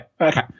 Okay